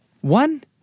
One